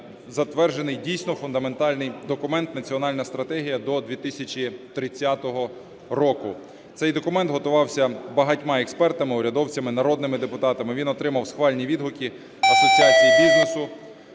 затверджений дійсно фундаментальний документ - Національна стратегія до 2030 року. Цей документ готувався багатьма експертами, урядовцями, народними депутатами. Він отримав схвальні відгуки асоціацій бізнесу